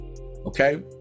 okay